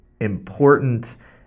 important